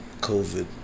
COVID